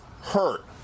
hurt